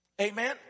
amen